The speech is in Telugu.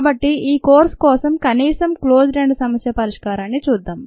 కాబట్టి ఈ కోర్సు కోసం కనీసం క్లోజ్డ్ ఎండ్ సమస్య పరిష్కారాన్ని చూద్దాం